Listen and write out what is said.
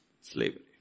Slavery